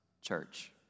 Church